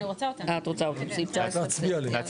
אני רוצה את סעיפים 19-21. להצביע?